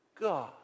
God